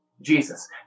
Jesus